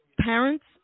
parents